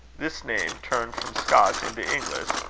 this name, turned from scotch into english,